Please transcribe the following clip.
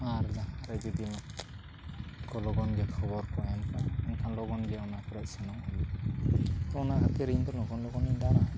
ᱟᱨ ᱡᱟᱦᱟᱸᱨᱮ ᱡᱩᱫᱤ ᱞᱚᱜᱚᱱᱜᱮ ᱠᱷᱚᱵᱚᱨᱠᱚ ᱮᱢᱠᱟᱜᱼᱟ ᱮᱱᱠᱷᱟᱱ ᱞᱚᱜᱚᱱᱜᱮ ᱚᱱᱟ ᱠᱚᱨᱮ ᱥᱮᱱᱚᱜ ᱦᱩᱭᱩᱜᱼᱟ ᱚᱱᱟ ᱠᱷᱟᱹᱛᱤᱨ ᱤᱧᱫᱚ ᱞᱚᱜᱚᱱ ᱞᱚᱜᱚᱱᱤᱧ ᱫᱟᱲᱟᱭ